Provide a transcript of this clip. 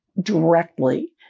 directly